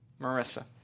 Marissa